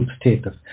status